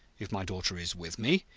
if my daughter is with me,